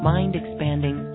Mind-expanding